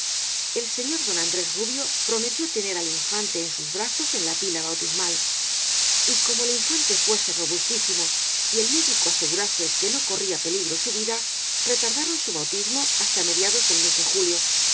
el señor don andrés rubio prometió tener al in fante en sus brazos en la pila bautismal y como el infante fuese robustísimo y el médico asegurase que no corría peligro su vida retardaron su bau tismo hasta mediados del mes de julio